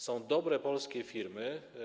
Są dobre, polskie firmy.